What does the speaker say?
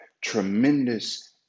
tremendous